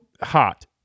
hot